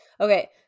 okay